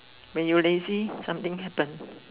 when you lazy something happened